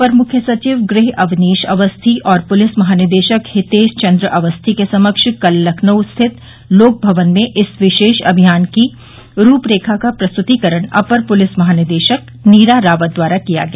अपर मुख्य सचिव गृह अवनीश अवस्थी और पुलिस महानिदेशक हितेश चन्द्र अवस्थी के समक्ष कल लखनऊ स्थित लोकभवन में इस विशेष अभियान की रूपरेखा का प्रस्तुतीकरण अपर पुलिस महानिदेशक नीरा रावत द्वारा किया गया